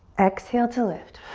exhale to lift.